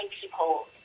people